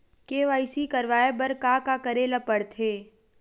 KYC करवाय बर का का करे ल पड़थे?